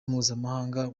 mpuzamahanga